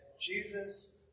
Jesus